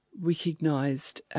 recognised